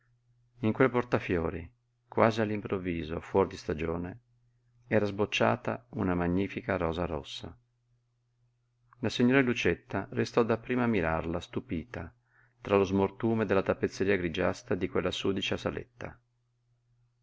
in quel portafiori quasi all'improvviso fuor di stagione era sbocciata una magnifica rosa rossa la signora lucietta restò dapprima a mirarla stupita tra lo smortume della tappezzeria grigiastra di quella sudicia saletta